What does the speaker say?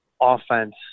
offense